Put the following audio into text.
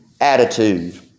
attitude